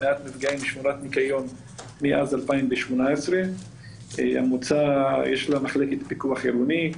מניעת מפגעים ושמירת ניקיון מאז 2018. למועצה יש מחלקת פיקוח עירוני,